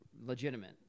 legitimate